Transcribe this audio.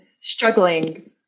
struggling